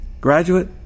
Graduate